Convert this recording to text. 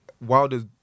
Wilder's